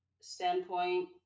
standpoint